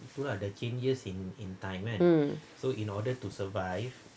um